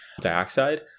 dioxide